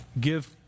give